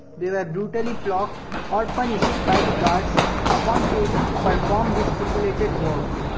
they were brutally flogged or punished by the guards upon failing to perform the stipulated work.